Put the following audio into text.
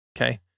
Okay